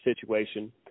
situation